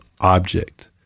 object